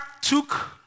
took